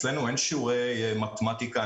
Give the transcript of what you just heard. אצלנו אין שיעורי מתמטיקה,